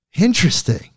Interesting